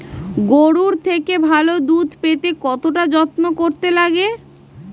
গরুর থেকে ভালো দুধ পেতে কতটা যত্ন করতে লাগে